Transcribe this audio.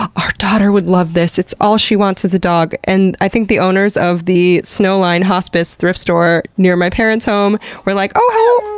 our daughter would love this! all she wants is a dog. and i think the owners of the snowline hospice thrift store near my parents' home were like, oh!